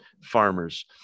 farmers